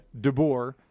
DeBoer